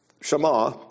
shema